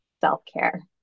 self-care